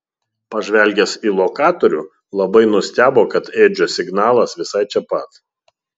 pažvelgęs į lokatorių labai nustebo kad edžio signalas visai čia pat